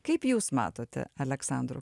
kaip jūs matote aleksandro